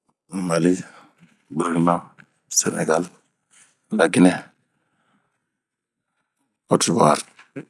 mali, burkina ,senegali, laginɛ ,kodiwari